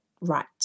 right